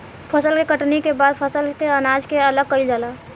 फसल के कटनी के बाद फसल से अनाज के अलग कईल जाला